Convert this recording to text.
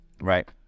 Right